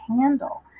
handle